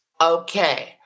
Okay